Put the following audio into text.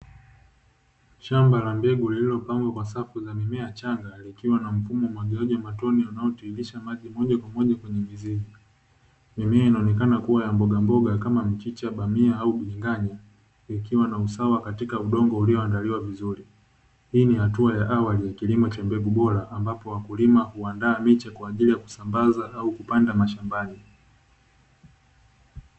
Shamba la mbegu lililopangwa kwa safu za mimea changa likiwa na mfumo wa umwagiliaji wa matone unaotiririsha maji moja kwa moja kwenye vizimba, mimea inaonekana kuwa ya mboga mboga kama mchicha, bamia au biringanya, ikiwa na usawa katika udongo ulioandaliwa vizuri. Hii ni hatua ya awali ya kilimo cha mbegu bora ambapo wakulima huandaa miche kwaajili ya kusambaza au kupanda mashambani.